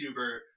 YouTuber